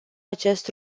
acest